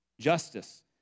Justice